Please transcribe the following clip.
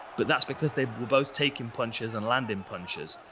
but that's because they were both taking punches and landing punches.